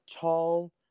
tall